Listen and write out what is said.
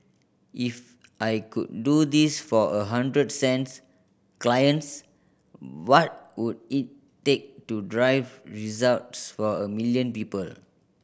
if I could do this for a hundred cents clients what would it take to drive results for a million people